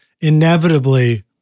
inevitably